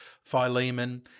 Philemon